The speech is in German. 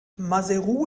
maseru